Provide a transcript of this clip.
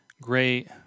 great